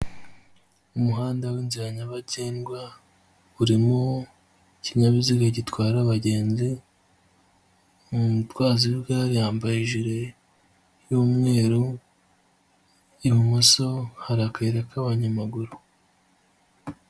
Umuhanda w'inzira nyabagendwa urimo ikinyabiziga gitwara abagenzi, umutwazi w'igare yambaye ijire y'umweru, ibumoso hari akayira k'abanyamaguru.